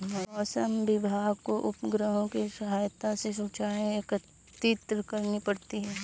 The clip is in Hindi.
मौसम विभाग को उपग्रहों के सहायता से सूचनाएं एकत्रित करनी पड़ती है